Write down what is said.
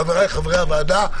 חבריי חברי הוועדה,